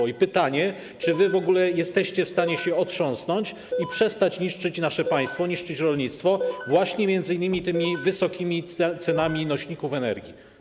Stawiam pytanie: Czy wy w ogóle jesteście w stanie się otrząsnąć i przestać niszczyć nasze państwo, niszczyć rolnictwo, m.in. właśnie tymi wysokimi cenami nośników energii?